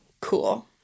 Cool